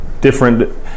different